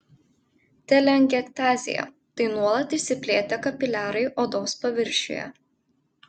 teleangiektazija tai nuolat išsiplėtę kapiliarai odos paviršiuje